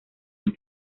las